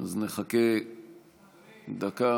אז נחכה דקה.